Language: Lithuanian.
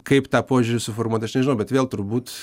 kaip tą požiūrį suformuot aš nežinau bet vėl turbūt